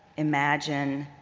imagine,